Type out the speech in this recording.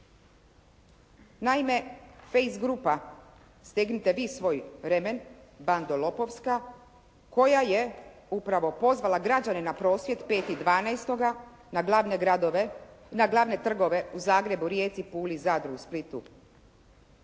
Naime, Face grupa "Stegnite vi svoj remen, bando lopovska", koja je upravo pozvala građane na prosvjed 5. 12. na glavne trgove u Zagrebu, Rijeci, Puli, Zadru, Splitu